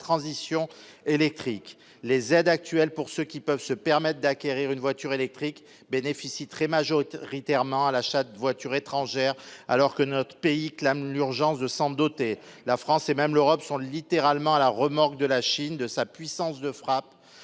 transition électrique les aides actuelles pour ceux qui peuvent se permettent d'acquérir une voiture électrique bénéficie très majoritaire Ritter ment à l'achat de voitures étrangères alors que notre pays, clame l'urgence de s'en doter la France et même l'Europe sont littéralement à la remorque de la Chine de sa puissance de frappe